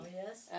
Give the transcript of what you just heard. yes